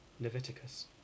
Leviticus